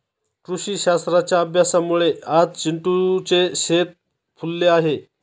कृषीशास्त्राच्या अभ्यासामुळे आज चिंटूचे शेत फुलले आहे